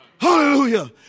Hallelujah